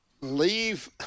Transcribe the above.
leave